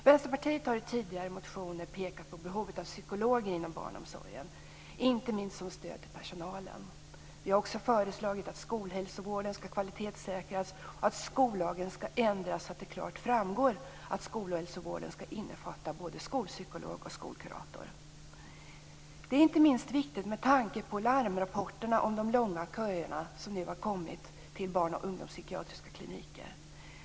Vänsterpartiet har i tidigare motioner pekat på behovet av psykologer inom barnomsorgen, inte minst som stöd till personalen. Vi har också föreslagit att skolhälsovården skall kvalitetssäkras och att skollagen skall ändras så att det klart framgår att skolhälsovården skall innefatta både skolspykolog och skolkurator. Det är inte minst viktigt med tanke på larmrapporterna om de långa köerna som nu har kommit från barn och ungdomsspsykiatriska kliniker.